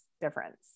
difference